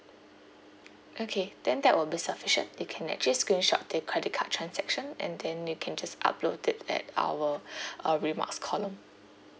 okay then that will be sufficient you can actually screenshot the credit card transaction and then you can just upload it at our uh remarks column